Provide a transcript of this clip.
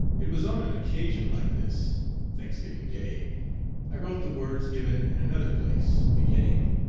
it was on an occasion like this thanksgiving day i wrote the words given in another place, beginning,